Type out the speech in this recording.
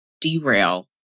derail